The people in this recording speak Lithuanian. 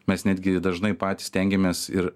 mes netgi dažnai patys stengiamės ir